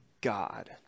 God